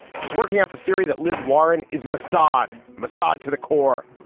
she's working out the theory that liz warren is massaged, massaged to the core.